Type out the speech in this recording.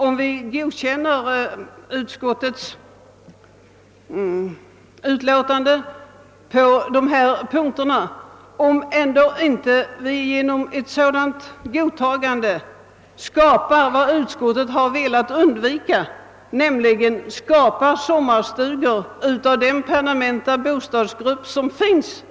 Om utskottets hemställan bifalles är det möjligt att vi får just det som utskottet har velat undvika, nämligen en allmän omvandling av permanenta bostäder till sommarstugor.